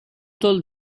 told